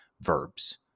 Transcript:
verbs